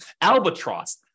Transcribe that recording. Albatross